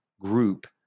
group